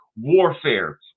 warfare